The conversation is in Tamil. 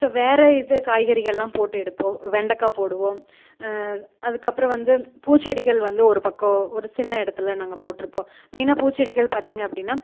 ஸோ வேறு இது காய்கறிகள்லாம் போட்டு எடுப்போம் வெண்டைக்கா போடுவோம் அதுக்கப்புறம் வந்து பூச்செடிகள் வந்து ஒரு பக்கம் ஒரு சின்ன இடத்துல நாங்கள் போட்டிருப்போம் மெயினாக பூச்செடிகள் பார்த்தீங்க அப்படின்னா